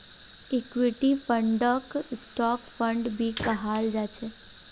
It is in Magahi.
इक्विटी फंडक स्टॉक फंड भी कहाल जा छे